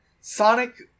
Sonic-